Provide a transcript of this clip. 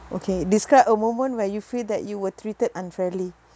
okay describe a moment where you feel that you were treated unfairly